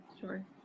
Sure